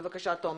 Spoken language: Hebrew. תומר, בבקשה.